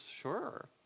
sure